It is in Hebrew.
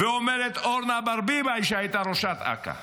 ואומרת אורנה ברביבאי שהייתה ראשת אכ"א: